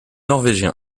norvégien